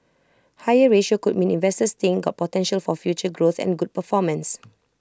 higher ratio could mean investors think got potential for future growth and good performance